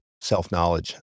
self-knowledge